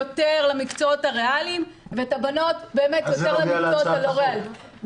יותר למקצועות הריאליים ואת הבנות יותר למקצועות הלא ריאליים.